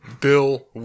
Bill